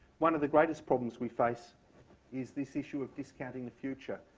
one of the greatest problems we face is this issue of discounting the future.